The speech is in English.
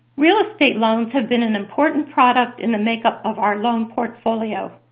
real estate loans have been an important product in the makeup of our loan portfolio.